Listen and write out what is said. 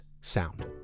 sound